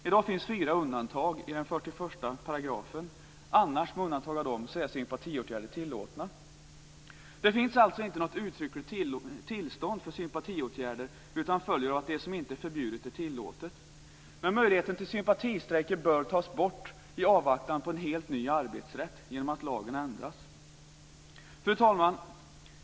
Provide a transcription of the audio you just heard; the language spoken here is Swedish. I dag finns fyra undantag i 41 §. Med undantag för dessa är sympatiåtgärder tillåtna. Det finns alltså inte något uttryckligt tillstånd för sympatiåtgärder. De följer av att det som inte är förbjudet är tillåtet. Men möjligheten till sympatistrejker bör tas bort i avvaktan på en helt ny arbetsrätt genom att lagen ändras. Fru talman!